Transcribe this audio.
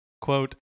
Quote